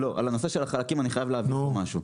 לא, על הנושא של החלקים אני חייב להבהיר פה משהו.